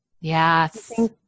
Yes